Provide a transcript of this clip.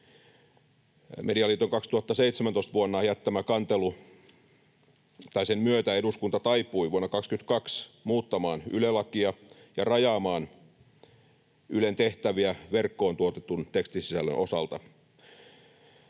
Medialiiton vuonna 2017 jättämän kantelun myötä eduskunta taipui vuonna 22 muuttamaan Yle-lakia ja rajaamaan Ylen tehtäviä verkkoon tuotetun tekstisisällön osalta.